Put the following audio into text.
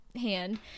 hand